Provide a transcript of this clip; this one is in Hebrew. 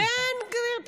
בן גביר.